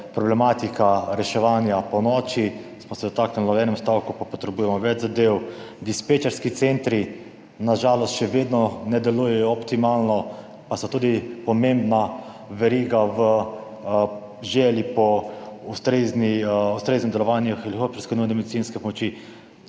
problematika reševanja ponoči, dotaknili smo se je v enem stavku, pa potrebujemo več zadev. Dispečerski centri na žalost še vedno ne delujejo optimalno, pa so tudi pomembna veriga v želji po ustreznem delovanju helikopterske nujne medicinske pomoči.